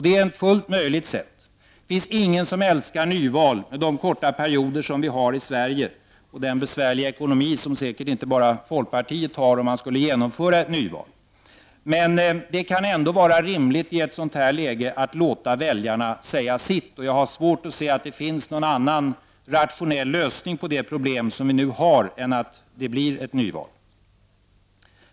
Det är ett fullt möjligt sätt. Det finns ingen som älskar nyval med de korta valperioder som vi har i Sverige och den besvärliga ekonomi som säkert inte bara vi i folkpartiet får om man skulle genomföra ett nyval. Men det kan ändå vara rimligt att ett sådant här läge låta väljarna säga sitt. Jag har svårt att se att det finns någon annan rationell lösning på det problem som vi nu har än att det blir ett nyval.